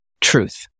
truth